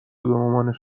مامانش